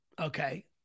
Okay